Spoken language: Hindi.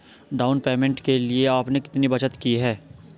डाउन पेमेंट के लिए आपने कितनी बचत की है?